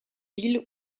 villes